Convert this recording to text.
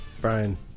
Brian